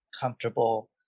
comfortable